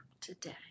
today